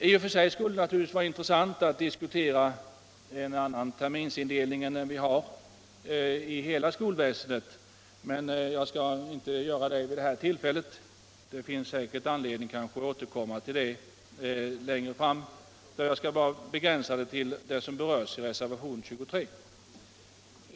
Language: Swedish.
I och för sig skulle det vara intressant att diskutera en annan terminsindelning än den vi har i hela skolväsendet, men jag skall inte göra det nu — det finns säkert anledning att återkomma härtill längre fram. Jag skall därför begränsa mig till att tala om det som berörs i reservationen 23.